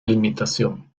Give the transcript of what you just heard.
limitación